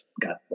got